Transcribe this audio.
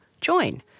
join